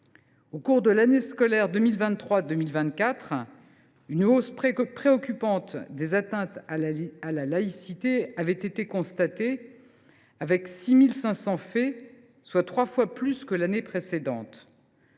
Au cours de l’année scolaire 2023 2024, une hausse préoccupante des atteintes à la laïcité a été constatée, avec 6 500 faits, soit trois fois plus que l’année précédente.